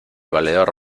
valedor